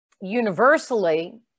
universally